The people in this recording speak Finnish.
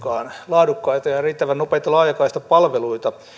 laadukkaita ja riittävän nopeita laajakaistapalveluita